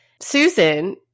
susan